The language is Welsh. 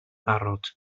barod